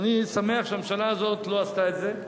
אני שמח שהממשלה הזאת לא עשתה את זה.